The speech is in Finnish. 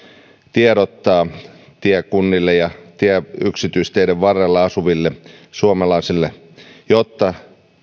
tiedottaa tiekunnille ja yksityisteiden varrella asuville suomalaisille jotta